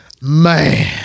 Man